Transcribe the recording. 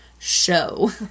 Show